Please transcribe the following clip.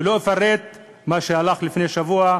ולא אפרט מה שהלך לפני שבוע,